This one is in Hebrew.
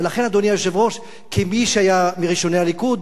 לכן, אדוני היושב-ראש, כמי שהיה מראשוני הליכוד,